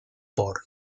por